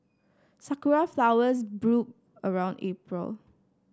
sakura flowers bloom around April